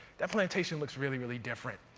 that plantation looks really, really different.